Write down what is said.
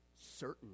certain